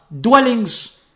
dwellings